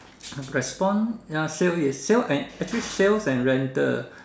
respond ya sales is sales and actually sales and rental